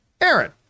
Aaron